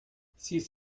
six